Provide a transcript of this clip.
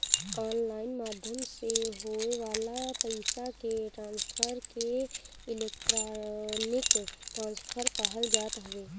online माध्यम से होए वाला पईसा के ट्रांसफर के इलेक्ट्रोनिक ट्रांसफ़र कहल जात हवे